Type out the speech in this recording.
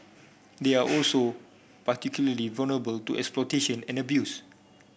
they are also particularly vulnerable to exploitation and abuse